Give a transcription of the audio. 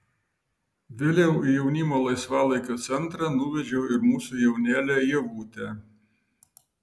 vėliau į jaunimo laisvalaikio centrą nuvedžiau ir mūsų jaunėlę ievutę